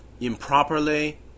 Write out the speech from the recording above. improperly